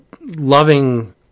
loving